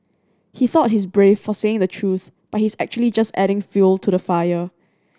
he thought he's brave for saying the truth but he's actually just adding fuel to the fire